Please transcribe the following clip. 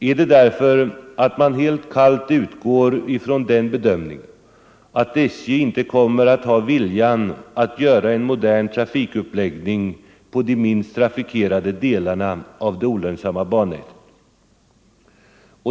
Är det därför att man helt kallt utgår ifrån den bedömningen att SJ inte kommer att ha vilja att göra en modern trafikuppläggning på de minst trafikerade delarna av det olönsamma bannätet?